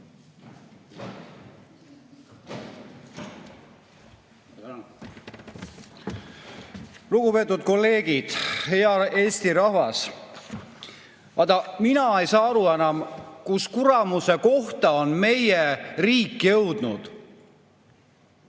Lugupeetud kolleegid! Hea Eesti rahvas! Mina ei saa aru enam, kus kuramuse kohta on meie riik jõudnud.